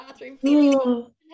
bathroom